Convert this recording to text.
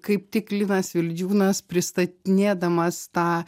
kaip tik linas vildžiūnas pristatinėdamas tą